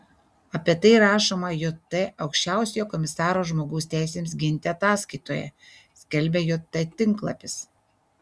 apie tai rašoma jt aukščiausiojo komisaro žmogaus teisėms ginti ataskaitoje skelbia jt tinklapis